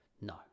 No